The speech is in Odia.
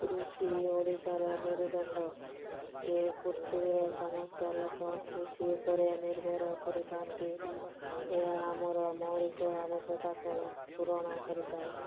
କୃଷି ଓଡ଼ିଶାର ମେରୁଦଣ୍ଡ ଏ ପୃଥିବୀର ସମସ୍ତ ଲୋକ କୃଷି ଉପରେ ନିର୍ଭର କରିଥା'ନ୍ତି ଏହା ଆମର ମୌଳିକ ଆବଶ୍ୟକତାକୁ ପୂରଣ କରିଥାଏ